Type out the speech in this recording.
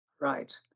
Right